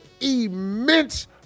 immense